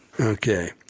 Okay